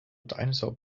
dinosaur